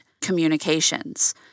communications